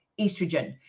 estrogen